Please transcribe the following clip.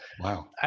Wow